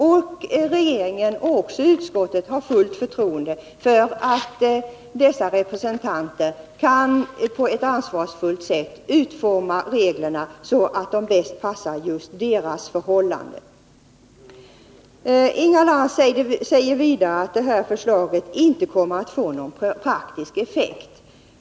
Både regeringen och utskottet har fullt förtroende för att dessa representanter på ett ansvarsfullt sätt kan utforma reglerna, så att de bäst passar just de ifrågavarande förhållandena. Inga Lantz sade sedan att det här förslaget inte kommer att få någon praktisk effekt.